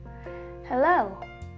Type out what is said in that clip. Hello